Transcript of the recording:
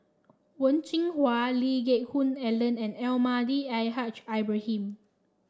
Wen Jinhua Lee Geck Hoon Ellen and Almahdi Al Haj Ibrahim